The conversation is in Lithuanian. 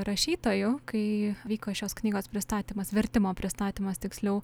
rašytoju kai vyko šios knygos pristatymas vertimo pristatymas tiksliau